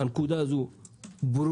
הנקודה הזאת ברורה,